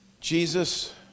Jesus